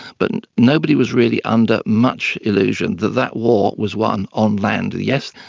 but nobody was really under much illusion that that war was one on land. yes,